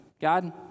God